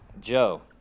Joe